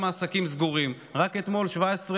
גם שם העסקים סגורים.